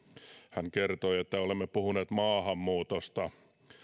hän kertoi että olemme puhuneet maahanmuutosta